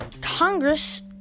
Congress